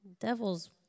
devil's